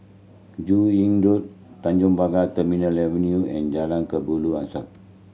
Joo Yee Road Tanjong Pagar Terminal Avenue and Jalan Kelabu Asap